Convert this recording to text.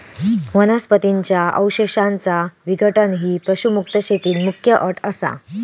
वनस्पतीं च्या अवशेषांचा विघटन ही पशुमुक्त शेतीत मुख्य अट असा